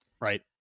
right